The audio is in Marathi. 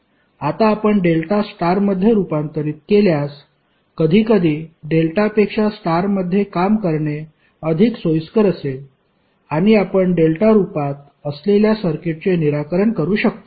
आता आपण डेल्टा स्टारमध्ये रूपांतरित केल्यास कधीकधी डेल्टापेक्षा स्टारमध्ये काम करणे अधिक सोयीस्कर असेल आणि आपण डेल्टा रूपात असलेल्या सर्किटचे निराकरण करू शकतो